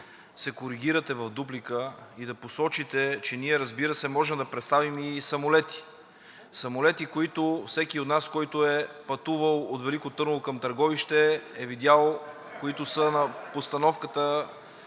се коригирате в дуплика и да посочите, че ние, разбира се, може да предоставим и самолети. Самолети, които всеки от нас, който е пътувал от Велико Търново към Търговище, е видял, които са на постановката,